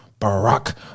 Barack